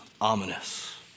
ominous